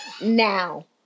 now